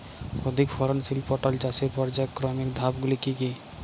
অধিক ফলনশীল পটল চাষের পর্যায়ক্রমিক ধাপগুলি কি কি?